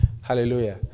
hallelujah